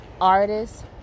artists